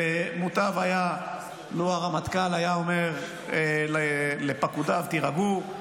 ומוטב היה אילו הרמטכ"ל היה אומר לפקודיו, תירגעו.